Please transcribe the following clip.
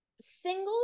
single